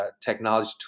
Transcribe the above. technology